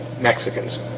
Mexicans